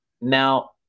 Now